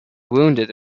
wounded